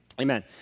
Amen